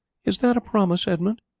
is that a promise, edmund?